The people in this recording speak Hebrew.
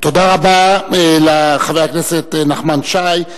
תודה רבה לחבר הכנסת נחמן שי.